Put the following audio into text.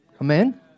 Amen